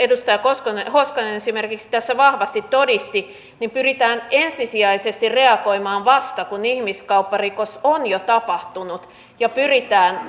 edustaja hoskonen esimerkiksi tässä vahvasti todisti pyritään ensisijaisesti reagoimaan vasta kun ihmiskaupparikos on jo tapahtunut ja pyritään